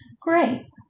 Great